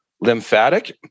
lymphatic